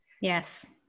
Yes